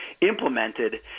implemented